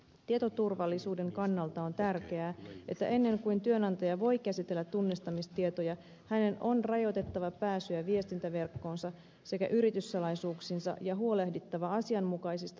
tietoturvallisuuden kannalta on tärkeää että ennen kuin työnantaja voi käsitellä tunnistamistietoja hänen on rajoitettava pääsyä viestintäverkkoonsa sekä yrityssalaisuuksiinsa ja huolehdittava asianmukaisista tietoturvallisuustoimenpiteistä